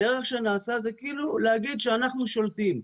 הדרך שנעשה זה כאילו להגיד שאנחנו שולטים.